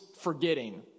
forgetting